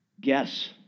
guess